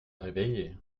réveillé